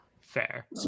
Fair